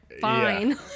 fine